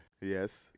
Yes